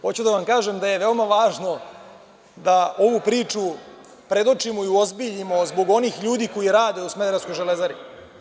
Hoću da vam kažem da je veoma važno da ovu priču predočimo i uozbiljimo, zbog onih ljudi koji rade u smederevskoj „Železari“